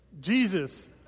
Jesus